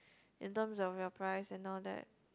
in terms of your prize and all that